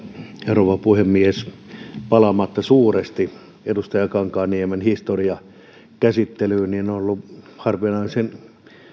rouva puhemies palaamatta suuresti edustaja kankaanniemen historiankäsittelyyn on ollut harvinaisen